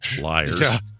liars